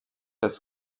das